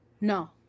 no